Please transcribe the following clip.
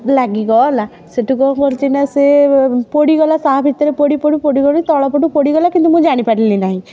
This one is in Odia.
ଲାଗିଗଲା ସେଠୁ କ'ଣ କରିଛି ନା ସେ ପୋଡ଼ିଗଲା ତା ଭିତରେ ପୋଡ଼ି ପୋଡ଼ୁ ପୋଡ଼ୁ ପୋଡ଼ୁ ତଳ ପଟୁ ପୋଡ଼ିଗଲା କିନ୍ତୁ ମୁଁ ଜାଣି ପାରିଲି ନାହିଁ